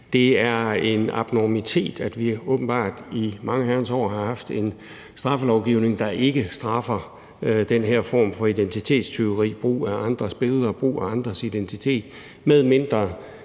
Det er en abnormitet, at vi åbenbart i mange herrens år har haft en straffelovgivning, der ikke straffer den her form for identitetstyveri: brug af andres billeder, brug af andres identitet, medmindre